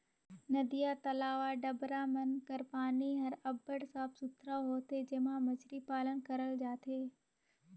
नदिया, तलवा, डबरा मन कर पानी हर अब्बड़ साफ सुथरा होथे जेम्हां मछरी पालन करल जाथे